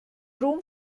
ruhm